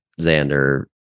Xander